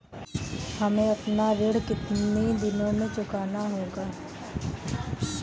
हमें अपना ऋण कितनी दिनों में चुकाना होगा?